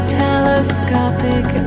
telescopic